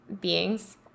beings